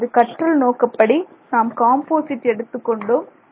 நமது கற்றல் நோக்கப்படி நாம் காம்போசிட் எடுத்துக்கொண்டோம்